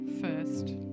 first